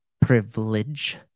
privilege